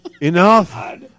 enough